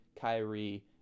Kyrie